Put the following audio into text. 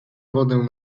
wodę